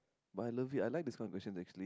but I love it I like this kind of questions actually